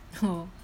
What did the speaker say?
oh